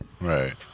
Right